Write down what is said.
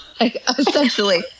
essentially